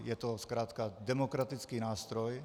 Je to zkrátka demokratický nástroj.